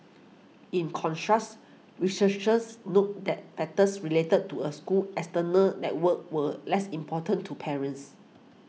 in contrast researchers noted that factors related to a school's external network were less important to parents